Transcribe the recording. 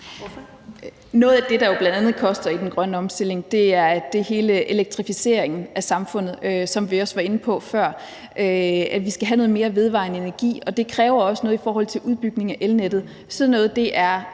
Noget af det, der jo bl.a. koster i den grønne omstilling, er hele elektrificeringen af samfundet. Som vi også var inde på før, skal vi have noget mere vedvarende energi, og det kræver også noget i forhold til udbygning af elnettet. Sådan noget er